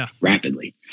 rapidly